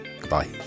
Goodbye